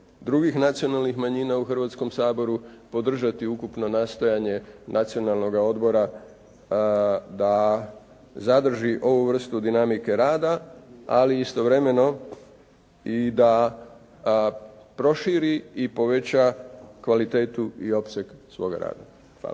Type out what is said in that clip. drugih nacionalnih manjina u Hrvatskom saboru podržati ukupno nastojanje Nacionalnoga odbora da zadrži ovu vrstu dinamike rada, ali istovremeno i da proširi i poveća kvalitetu i opseg svoga rada. Hvala